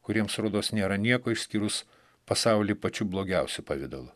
kuriems rodos nėra nieko išskyrus pasaulį pačiu blogiausiu pavidalu